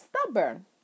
stubborn